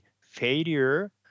failure